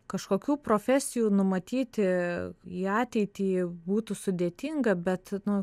kažkokių profesijų numatyti į ateitį būtų sudėtinga bet nu